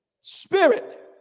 spirit